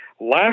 last